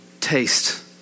taste